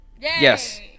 Yes